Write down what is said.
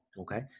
Okay